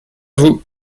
vous